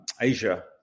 Asia